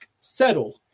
settled